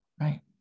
Right